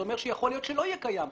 זה אומר שיכול להיות שלא יהיה קיים.